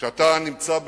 כשאתה נמצא בניו-יורק,